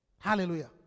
Hallelujah